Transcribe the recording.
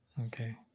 okay